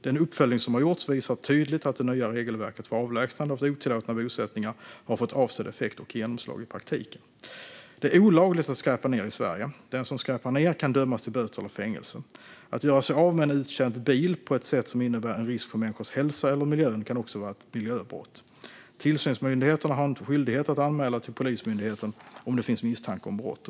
Den uppföljning som har gjorts visar tydligt att det nya regelverket för avlägsnande av otillåtna bosättningar har fått avsedd effekt och genomslag i praktiken. Det är olagligt att skräpa ned i Sverige. Den som skräpar ned kan dömas till böter eller fängelse. Att göra sig av med en uttjänt bil på ett sätt som innebär en risk för människors hälsa eller miljön kan också vara ett miljöbrott. Tillsynsmyndigheterna har en skyldighet att anmäla till Polismyndigheten om det finns misstanke om brott.